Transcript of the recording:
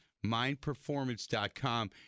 mindperformance.com